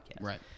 Right